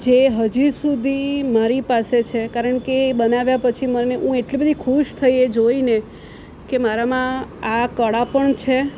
જે હજી સુધી મારી પાસે છે કારણ કે એ બનાવ્યા પછી મને હું એટલી બધી ખુશ થઈ એ જોઈને કે મારામાં આ કળા પણ છે